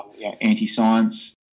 anti-science